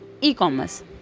e-commerce